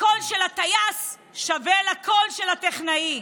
הקול של הטייס שווה לקול של הטכנאי.